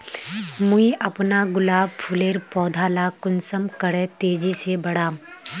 मुई अपना गुलाब फूलेर पौधा ला कुंसम करे तेजी से बढ़ाम?